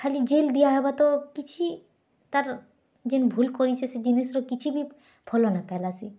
ଖାଲି ଜେଲ୍ ଦିଆହବା ତ କିଛି ତାର୍ ଜିନ୍ ଭୁଲ୍ କରିଛେ ସେ ଜିନିଷ୍ର କିଛି ବି ଫଲ ନାଇପାଇଲା ସି